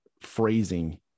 phrasing